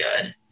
good